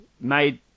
made